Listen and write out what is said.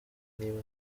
niba